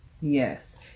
Yes